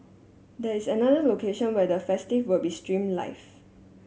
this is another location where the festivities will be streamed live